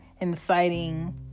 inciting